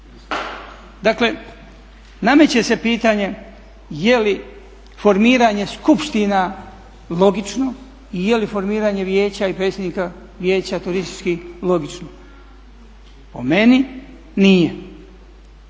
Dakle, nameće se pitanje jeli formiranje skupština logično i jeli formiranje vijeća i predsjednika vijeća turističkih logično? Po meni nije